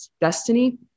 destiny